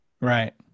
Right